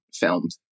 Filmed